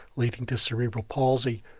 leading to cerebral palsy.